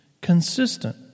consistent